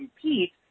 compete –